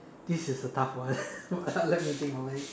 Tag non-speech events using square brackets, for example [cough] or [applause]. this is a tough one [laughs] let me think about it